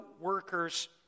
workers